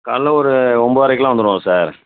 காலைல ஒரு ஒம்பதரைக்கிலாம் வந்துடுவோம் சார்